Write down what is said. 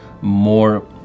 more